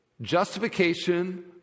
Justification